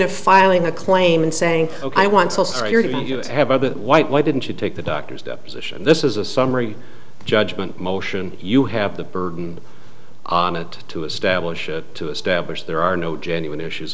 of filing a claim and saying ok i want you to do is have a bit white why didn't you take the doctor's deposition this is a summary judgment motion you have the burden on it to establish it to establish there are no genuine issues